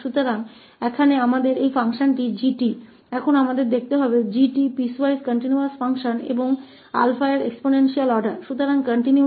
तो यहाँ हमारे पास यह फ़ंक्शन 𝑔𝑡 है अब हमें यह देखना है कि क्या 𝑔𝑡 पीसवाइज कंटीन्यूअस है और यह एक्सपोनेंशियल आर्डर 𝛼 का है